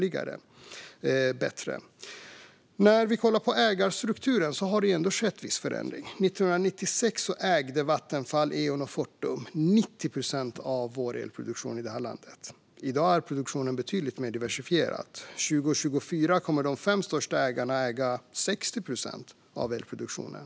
Det har ändå skett viss förändring i ägarstrukturen, År 1996 ägde Vattenfall, Eon och Fortum 90 procent av elproduktion i landet. I dag är ägandet betydligt med diversifierat. År 2024 kommer de fem största ägarna att inneha 60 procent av elproduktionen.